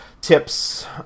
tips